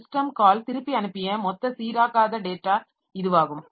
system call திருப்பி அனுப்பிய மொத்த சீராக்காத டேட்டா இதுவாகும்